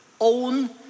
own